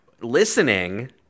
listening